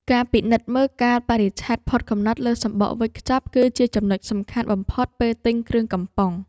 ការពិនិត្យមើលកាលបរិច្ឆេទផុតកំណត់លើសំបកវេចខ្ចប់ជាចំណុចសំខាន់បំផុតពេលទិញគ្រឿងកំប៉ុង។